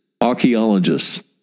archaeologists